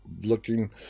Looking